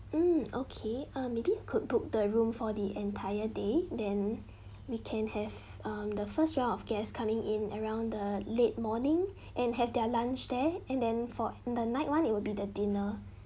hmm okay uh maybe could book the room for the entire day then weekend have um the first round of guest coming in around the late morning and have their lunch there and then for the night [one] it will be the dinner